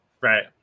Right